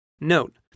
Note